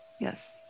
yes